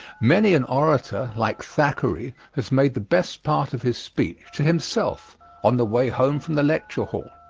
many an orator, like thackeray, has made the best part of his speech to himself on the way home from the lecture hall.